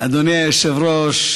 אדוני היושב-ראש,